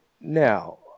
Now